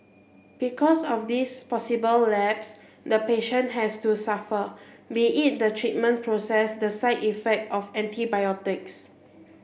because of this possible lapse the patient has to suffer be it the treatment process the side effect of antibiotics